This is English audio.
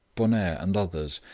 bonair, and others,